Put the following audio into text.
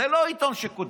זה לא עיתון שכותבים,